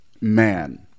man